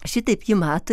šitaip ji mato